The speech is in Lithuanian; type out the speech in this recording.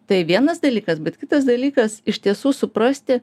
tai vienas dalykas bet kitas dalykas iš tiesų suprasti